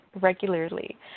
regularly